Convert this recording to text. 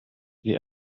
wie